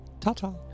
Ta-ta